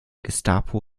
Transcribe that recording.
gestapo